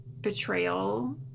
betrayal